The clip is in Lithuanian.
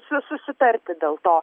su susitarti dėl to